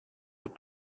που